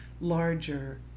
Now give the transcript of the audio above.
larger